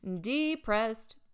depressed